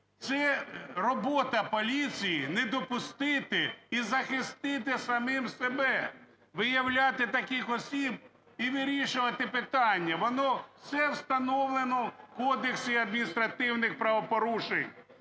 це робота поліції не допустити і захистити самих себе, виявляти таких осіб і вирішувати питання. Воно все встановлено в Кодексі адміністративних правопорушень.